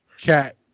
Cat